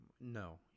No